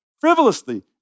frivolously